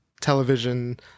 television